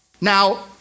Now